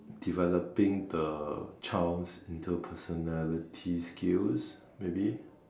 developing the child's interpersonality skills maybe